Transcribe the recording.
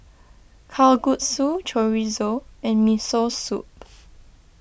Kalguksu Chorizo and Miso Soup